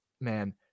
man